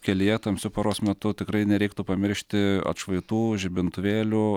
kelyje tamsiu paros metu tikrai nereiktų pamiršti atšvaitų žibintuvėlių